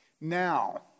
Now